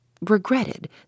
Regretted